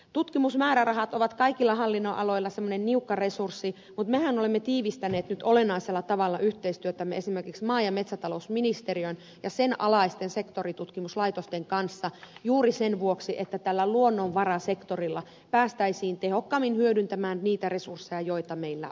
tutkimusmäärärahat ovat kaikilla hallinnonaloilla semmoinen niukka resurssi mutta mehän olemme tiivistäneet nyt olennaisella tavalla yhteistyötämme esimerkiksi maa ja metsätalousministeriön ja sen alaisten sektoritutkimuslaitosten kanssa juuri sen vuoksi että tällä luonnonvarasektorilla päästäisiin tehokkaammin hyödyntämään niitä resursseja joita meillä on